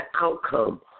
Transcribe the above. outcome